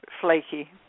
flaky